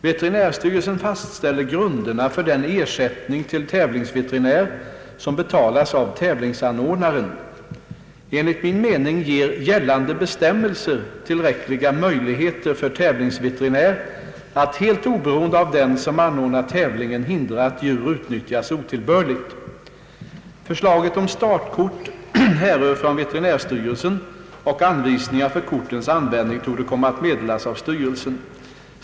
Veterinärstyrelsen fastställer grunderna för den ersättning till tävlingsveterinär som betalas av tävlingsanordnaren. Enligt min mening ger gällande bestämmelser tillräckliga möjligheter för tävlingsveterinär att helt oberoende av den som anordnar tävlingen hindra att djur utnyttjas otillbörligt. Förslaget om startkort härrör från veterinärstyrelsen och anvisningar för kortens användning torde komma att meddelas av styrelsen.